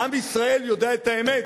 עם ישראל יודע את האמת.